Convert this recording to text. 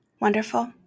Wonderful